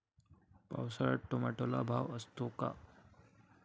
पावसाळ्यात टोमॅटोला भाव असतो का?